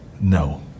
no